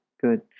Good